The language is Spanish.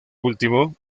último